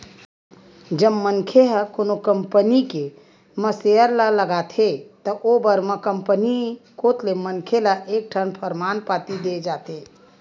जब मनखे ह कोनो कंपनी के म सेयर ल लगाथे त ओ बेरा म कंपनी कोत ले मनखे ल एक ठन परमान पाती देय जाथे